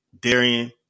Darian